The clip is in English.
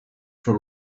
for